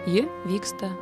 ji vyksta